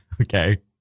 Okay